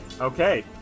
Okay